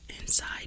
inside